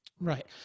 Right